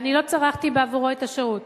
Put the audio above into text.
ואני לא צרכתי בעבורו את השירות.